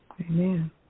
Amen